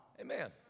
Amen